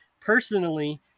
personally